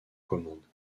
commandes